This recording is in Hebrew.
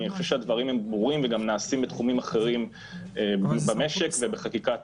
אני חושב שהדברים הם ברורים וגם נעשים בתחומים אחרים במשק ובחקיקת